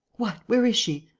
what? where is she?